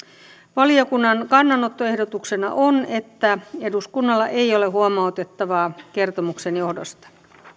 valiokunnan kannanottoehdotuksena on että eduskunnalla ei ole huomautettavaa kertomuksen johdosta